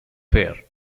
fare